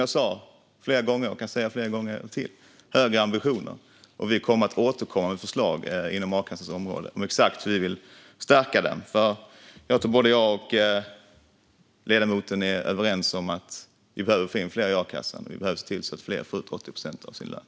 Det sa jag flera gånger, och jag kan säga det flera gånger till. Vi kommer att återkomma med förslag inom a-kassans område om exakt hur vi vill stärka a-kassan. Jag tror att jag och ledamoten är överens om att vi behöver få in fler i a-kassan. Vi behöver se till att fler får ut 80 procent av sin lön.